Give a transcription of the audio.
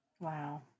Wow